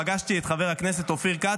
פגשתי את חבר הכנסת אופיר כץ,